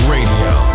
Radio